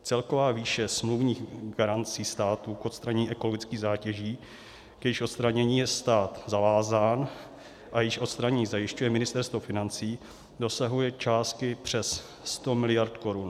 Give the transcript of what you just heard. Celková výše smluvních garancí státu k odstranění ekologických zátěží, k jejichž odstranění je stát zavázán a jejichž odstranění zajišťuje Ministerstvo financí, dosahuje částky přes 100 mld. korun.